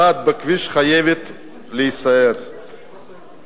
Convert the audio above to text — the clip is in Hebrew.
חייבים להסיר כל הסחת דעת בכביש.